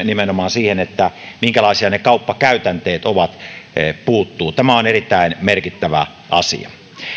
nimenomaan siihen minkälaisia ne kauppakäytänteet ovat puuttuu tämä on erittäin merkittävä asia